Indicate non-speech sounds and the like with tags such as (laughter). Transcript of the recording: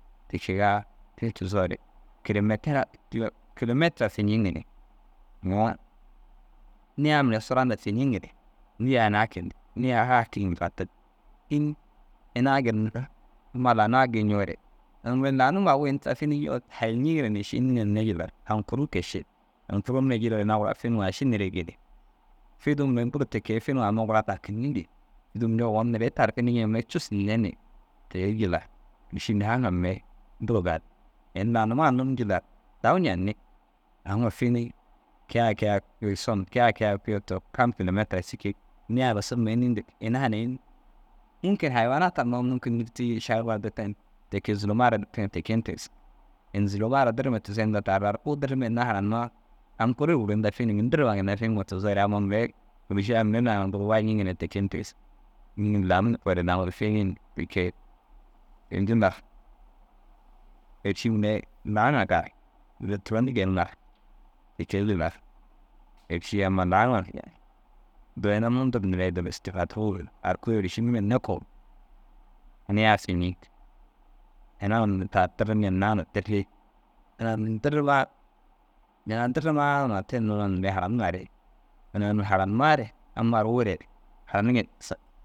Te kegaa te tigisoore (hesitation) kilemetira fiñiŋ ni. Nuu niĩya mire sura ndaa fiñiŋ ni, niĩ a ni a ke ndig niĩ ha ha fatin dig. Înni ina ginna amma laa nuwa gii ñoore ini guru laa numa agu in tira finii ñoore hajilñiiŋgire ši înni na hinne jillar aŋ kuruu ke ši. Aŋ kuru mire jire ina gura finiŋoo aši nirigi ni, fiduu mire bur te ke finiŋoo amma gura dakinni ni. Fiduu mire ogon noore tar finiŋoo cussu hin neni te jillar (unintelligible) bur gal in laa numa num jillar dawu ñanni. Haŋum finii ke ai ke ai kui son ke ai ke ai kui ôto kam kilemetira cikii. Niî ai suruma indig, ina ai înni mûnkin haywata noo mûnkin nurti šarma daa ditin te ke zûloma ditiŋere te ke tigisig. In zûloma ra dirime tigisere inda ar kui dirme hinnaa haranma aŋ kuire guru inda finimi aŋ dirrima tigisoore amma mire êrši a mire aŋ guru wañiŋire ŋa te ke na tigisig. Mîšil laa num koore daaŋore finire te ke te jillar. Êrši mire laaŋa gal noore turon geeniŋar te ke jillar êrši amma laaŋa yaani duro ina mundur nere duro istifak runi ar kui êrši hinne ko niĩ ya fiñig ina unnu taa dirimmi hinnaa na dirri ina a unnu dirima ina a unnu dirrimaa te nuuna haraniŋare in a unnu haranummaare amma wurere haraniŋire nigisig.